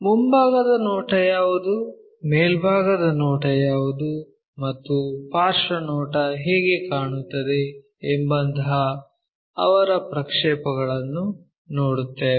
ಮುಂಭಾಗದ ನೋಟ ಯಾವುದು ಮೇಲ್ಭಾಗದ ನೋಟ ಯಾವುದು ಮತ್ತು ಪಾರ್ಶ್ವನೋಟ ಹೇಗೆ ಕಾಣುತ್ತದೆ ಎಂಬಂತಹ ಅವರ ಪ್ರಕ್ಷೇಪಗಳನ್ನು ನೋಡುತ್ತೇವೆ